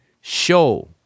show